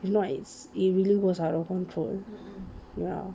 if not it's really goes out of control ya